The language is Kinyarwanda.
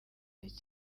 imbere